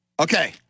Okay